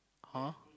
!huh!